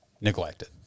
neglected